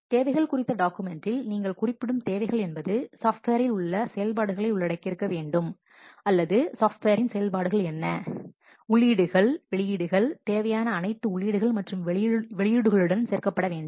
தேவைகள் குறித்த டாக்குமெண்டில் நீங்கள் குறிப்பிடும் தேவைகள் என்பது சாஃப்ட்வேரில் உள்ள செயல்பாடுகளை உள்ளடக்கியிருக்க வேண்டும் அல்லது சாஃப்ட்வேரின் செயல்பாடுகள் என்ன என்ன உள்ளீடுகள் மற்றும் வெளியீடுகள் தேவையான அனைத்து உள்ளீடுகள் மற்றும் வெளியீடுகளுடன் சேர்க்கப்பட வேண்டும்